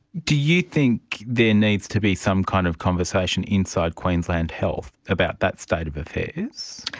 do you think there needs to be some kind of conversation inside queensland health about that state of affairs?